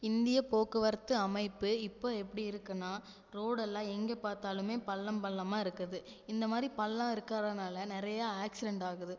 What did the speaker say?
இந்திய போக்குவரத்து அமைப்பு இப்போ எப்படி இருக்குன்னால் ரோடெல்லாம் எங்கே பார்த்தாலுமே பள்ளம் பள்ளமாக இருக்குது இந்த மாதிரி பள்ளம் இருக்கறதுனால நிறைய ஆக்சிடென்ட் ஆகுது